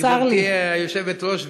גברתי היושבת-ראש,